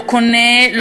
לא קונה,